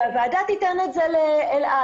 שהוועדה תיתן את זה לאלעד.